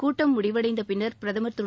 கூட்டம் முடிந்தவடைந்த பின்னர் பிரதமர் திரு